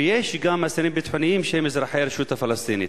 ויש גם אסירים ביטחוניים שהם אזרחי הרשות הפלסטינית.